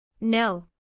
No